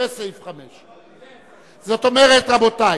אחרי סעיף 5. זאת אומרת, רבותי,